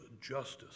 justice